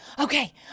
okay